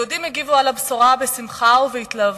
היהודים הגיבו על הבשורה בשמחה ובהתלהבות.